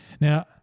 Now